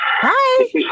Hi